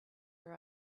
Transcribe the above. her